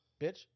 bitch